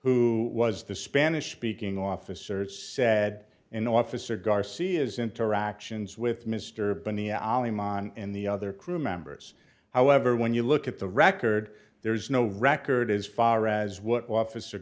who was the spanish speaking officer said in officer garcia's interactions with mr binney alim on in the other crewmembers however when you look at the record there is no record as far as what officer